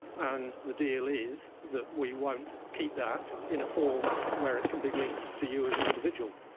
and the deal is that we won't keep that in a form where it can be linked to you as an individual.